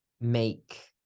make